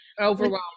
Overwhelmed